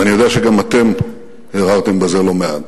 ואני יודע שגם אתם הרהרתם בזה לא מעט.